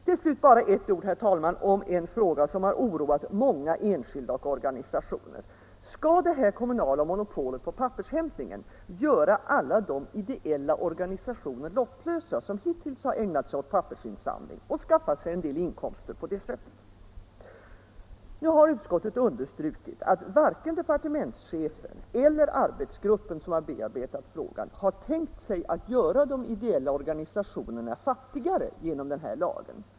Till slut bara ett ord, herr talman, om en fråga som har oroat många enskilda och organisationer: Skall det här kommunala monopolet på pappershämtningen göra alla de ideella organisationer lottlösa som hittills ägnat sig åt pappersinsamling och skaffat sig en del inkomster den vägen? Utskottet har understrukit att varken departementschefen eller arbetsgruppen som bearbetat ärendet har tänkt sig att göra de ideella organisationerna fattigare genom den här lagen.